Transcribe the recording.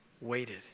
waited